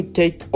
take